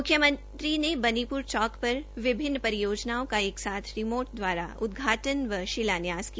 मुख्यमंत्री ने बनीपुर चौंक पर विभिन्न परियोजनाओं का एक साथ रिमोट द्वारा उद्घाटन व शिलान्यास किया